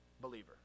believer